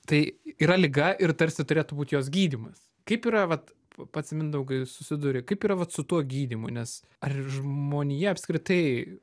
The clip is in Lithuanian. tai yra liga ir tarsi turėtų būt jos gydymas kaip yra vat pats mindaugai susiduri kaip yra vat su tuo gydymu nes ar ir žmonija apskritai